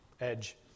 edge